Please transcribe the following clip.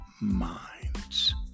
Minds